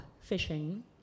fishing